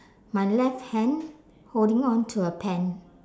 my left hand holding on to a pen